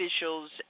officials